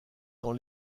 dans